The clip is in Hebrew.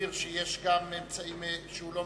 הבהיר שיש גם אמצעים שהוא לא